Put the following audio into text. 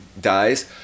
dies